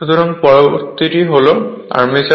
সুতরাং পরবর্তীটি হল আর্মেচার